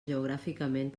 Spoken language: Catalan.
geogràficament